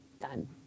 done